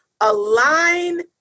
align